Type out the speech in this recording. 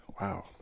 Wow